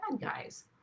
guys